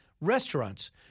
restaurants